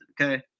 okay